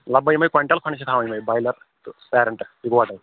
لگ بگ یِمے کۄینٛٹل کھنٛڈ چھِ تھاوٕنۍ یِمے بایلَر تہٕ پیرَنٹہٕ یِکوَٹَے